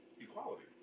equality